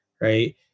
right